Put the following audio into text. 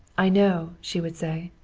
i know, she would say.